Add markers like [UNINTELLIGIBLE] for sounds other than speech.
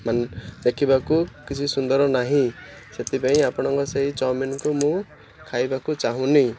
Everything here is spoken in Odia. [UNINTELLIGIBLE] ଦେଖିବାକୁ କିଛି ସୁନ୍ଦର ନାହିଁ ସେଥିପାଇଁ ଆପଣଙ୍କ ସେଇ ଚାଓମିନ୍କୁ ମୁଁ ଖାଇବାକୁ ଚାହୁଁନି